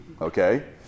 Okay